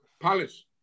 Palace